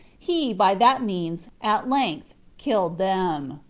he, by that means, at length killed them.